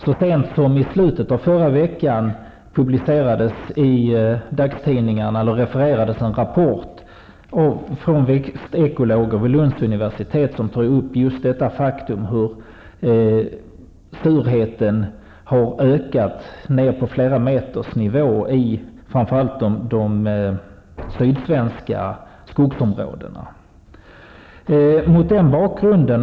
Så sent som i slutet av förra veckan refererades i dagstidningarna en rapport från växtekologer vid Lunds universitet, där det faktum att surheten har ökat på nivåer flera meter längre ner i marken tas upp. Det gäller framför allt i de sydsvenska skogsområdena.